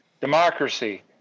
democracy